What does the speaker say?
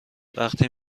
وقتی